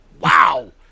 Wow